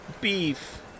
beef